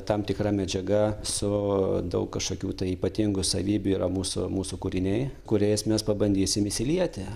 tam tikra medžiaga su daug kažkokių tai ypatingų savybių yra mūsų mūsų kūriniai kuriais mes pabandysim įsilieti